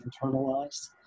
internalized